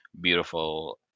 beautiful